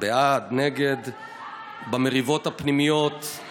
בקרבות של